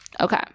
Okay